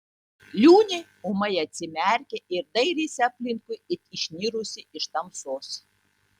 liūnė ūmai atsimerkė ir dairėsi aplinkui it išnirusi iš tamsos